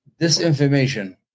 disinformation